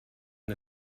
and